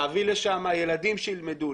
להביא לשם ילדים שילמדו,